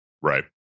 Right